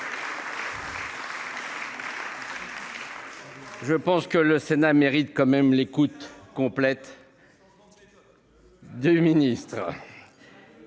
Je pense que le Sénat mérite l'écoute complète du ministre.